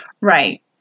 Right